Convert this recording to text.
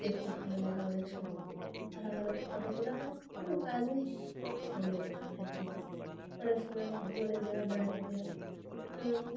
দেখতে ভালো লাগে অনেক সময় ভালো ভালো ফটো তোলা আছে কোনো কাজ নেই সেগুলো বসে বসে দেখছি অনেক সময় অনেক জায়গায় বেড়াতে যায় কারণ